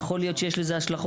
יכול להיות שינצלו,